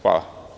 Hvala.